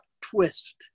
twist